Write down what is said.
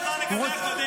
לא, זה לגבי הקודם.